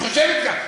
היא חושבת כך.